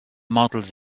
models